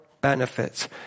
benefits